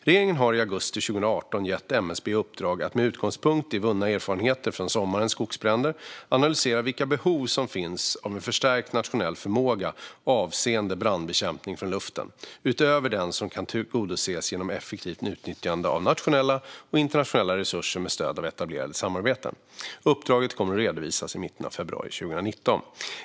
Regeringen gav i augusti 2018 MSB i uppdrag att med utgångspunkt i vunna erfarenheter från sommarens skogsbränder analysera vilka behov som finns av en förstärkt nationell förmåga avseende brandbekämpning från luften utöver den som kan tillgodoses genom effektivt utnyttjande av nationella och internationella resurser med stöd av etablerade samarbeten. Uppdraget kommer att redovisas i mitten av februari 2019.